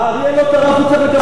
האריה לא טרף והוא צריך לקבל פרס.